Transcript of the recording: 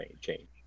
change